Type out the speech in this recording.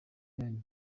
yanyu